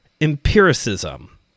Empiricism